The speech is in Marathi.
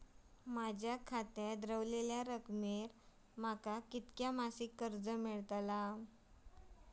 माझ्या खात्यात रव्हलेल्या रकमेवर माका किती मासिक कर्ज मिळात?